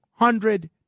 hundred